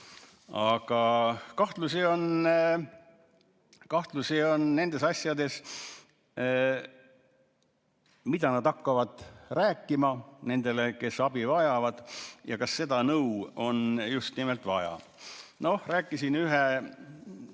Aga kahtlusi on nendes asjades, mida nad hakkavad rääkima nendele, kes abi vajavad ja kas seda nõu on just nimelt vaja. Rääkisin ühe